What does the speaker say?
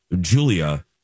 Julia